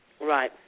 Right